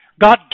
God